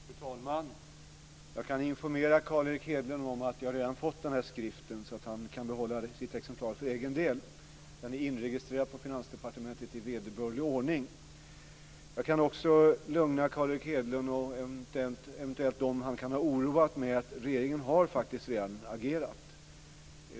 Fru talman! Jag kan informera Carl Erik Hedlund om att jag redan har fått skriften, så han kan ha behålla sitt eget exemplar för egen del. Den är inregistrerad på Finansdepartementet i vederbörlig ordning. Jag kan också lugna Carl Erik Hedlund, och eventuellt dem han kan ha oroat, med att regeringen faktiskt redan har agerat.